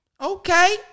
okay